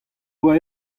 doa